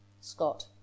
Scott